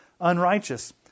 unrighteous